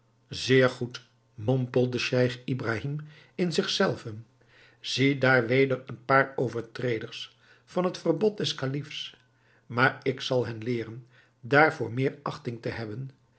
zeer goed mompelde scheich ibrahim in zich zelven zie daar weder een paar overtreders van het verbod des kalifs maar ik zal hen leeren daarvoor meer achting te hebben